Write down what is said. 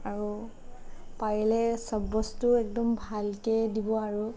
আৰু পাৰিলে চব বস্তু একদম ভালকে দিব আৰু